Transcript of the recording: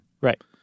Right